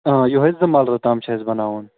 آ یِہوٚے زٕ مَلرٕ تام چھُ اَسہِ بَناوُن